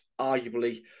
arguably